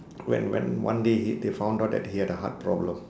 when when one day he they found out that he had a heart problem